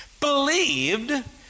believed